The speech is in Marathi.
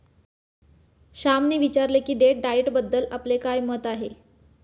श्यामने विचारले की डेट डाएटबद्दल आपले काय मत आहे?